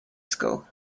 school